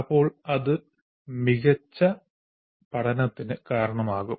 അപ്പോൾ അത് മികച്ച പഠനത്തിന് കാരണമാകും